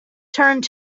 turned